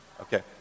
Okay